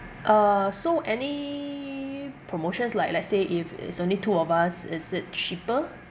uh so any promotions like let's say if it's only two of us is it cheaper